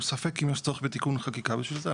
ספק אם יש צורך בתיקון חקיקה בשביל זה,